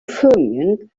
fermion